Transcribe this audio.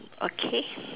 okay